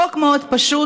חוק מאוד פשוט.